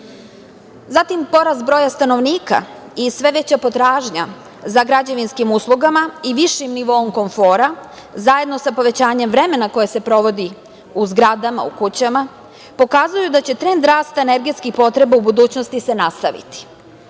Zatim, porast broja stanovnika i sve veća potražnja za građevinskim uslugama i višim nivoom komfora, zajedno sa povećanjem vremena koje se provodi u zgradama, u kućama, pokazuju da će trend rasta energetskih potreba u budućnosti se nastaviti. Ova